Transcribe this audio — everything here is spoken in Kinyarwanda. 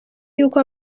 yuko